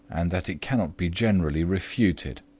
and that it cannot be generally refuted.